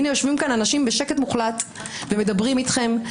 יושבים פה אנשים בשקט מוחלט ומדברים אתכם.